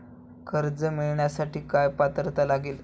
कर्ज मिळवण्यासाठी काय पात्रता लागेल?